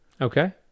Okay